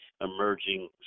emerging